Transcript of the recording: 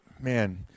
man